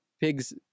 Pigs